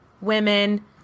women